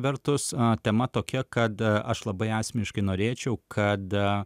vertus tema tokia kada aš labai asmeniškai norėčiau kad